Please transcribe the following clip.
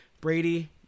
Brady